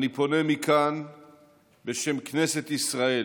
אני פונה מכאן בשם כנסת ישראל